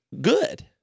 good